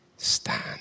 Stand